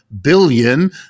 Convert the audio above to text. billion